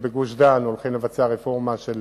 בגוש-דן, למשל, הולכים לבצע רפורמה של